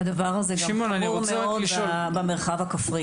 במרחב הכפרי